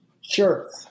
Sure